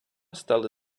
стали